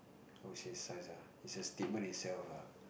how say signs ah it's a statement itself lah